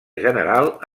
general